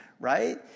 right